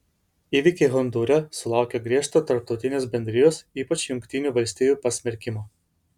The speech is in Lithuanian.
įvykiai hondūre sulaukė griežto tarptautinės bendrijos ypač jungtinių valstijų pasmerkimo